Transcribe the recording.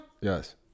Yes